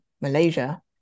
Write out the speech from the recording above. Malaysia